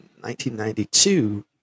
1992